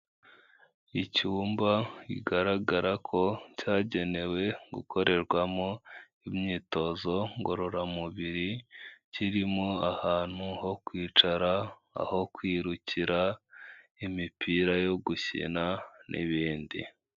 Icyumba kigaragara ko cyagenewe gukorerwamo imyitozo ngororamubiri kirimo ahantu ho kwicara, aho kwirukira imipira yo gukina n'ibindi.